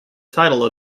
title